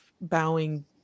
bowing